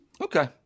Okay